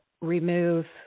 remove